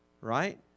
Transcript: right